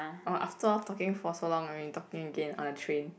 or afterall talking for so long already talking again on a train